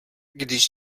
když